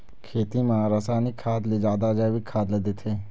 खेती म रसायनिक खाद ले जादा जैविक खाद ला देथे